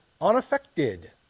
unaffected